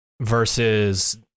versus